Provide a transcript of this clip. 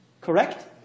Correct